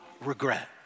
regret